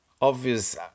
obvious